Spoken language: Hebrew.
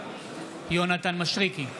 יונתן מישרקי,